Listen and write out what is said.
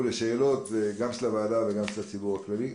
לשאלות גם של הוועדה וגם של הציבור הכללי.